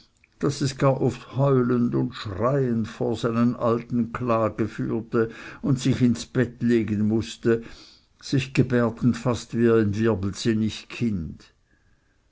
daß es gar oft heulend und schreiend vor seinen alten klage führte und sich ins bett legen mußte sich gebärdend fast wie ein wirbelsinnig kind